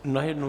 Najednou?